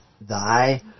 thy